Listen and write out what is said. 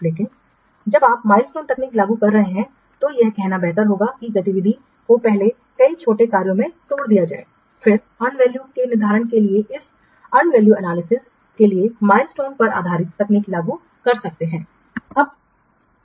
लेकिन जब आप माइलस्टोनतकनीक लागू कर रहे हैं तो यह कहना बेहतर होगा कि गतिविधि को पहले कई छोटे कार्यों में तोड़ दिया जाए फिर आप अर्न वैल्यू के निर्धारण के लिए इस अर्न वैल्यू एनालिसिस के लिए माइलस्टोन पर आधारित तकनीक लागू कर सकते हैं